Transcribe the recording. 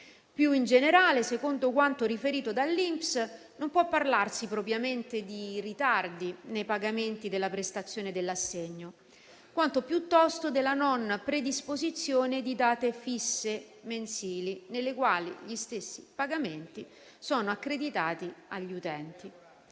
Più in generale, secondo quanto riferito dall'INPS, non può parlarsi propriamente di ritardi nei pagamenti della prestazione dell'assegno quanto piuttosto della non predisposizione di date fisse mensili, nelle quali gli stessi pagamenti sono accreditati agli utenti.